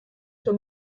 sur